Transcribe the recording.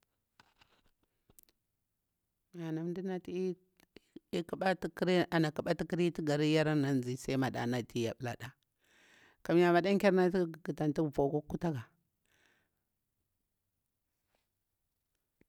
Ana mda nati ana ƙaɓatu ƙari tu garir yane ana zhai sai mada ti ya ɓulada kamya maɗa tugu ƙata antu gah vakwa kutaga